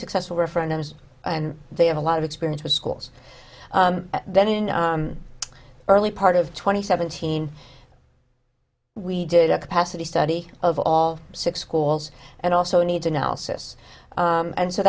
successful referendums and they have a lot of experience with schools then in the early part of twenty seventeen we did a capacity study of all six schools and also need to now sis and so